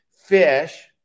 fish